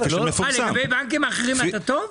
לגבי בנקים אחרים אתה טוב?